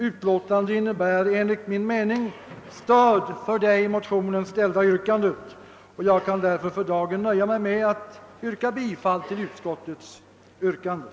jag, ett stöd för det i motionsparet ställda yrkandet, och jag yrkar därför bifall till utskottets hemställan.